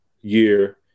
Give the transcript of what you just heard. year